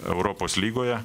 europos lygoje